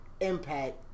impact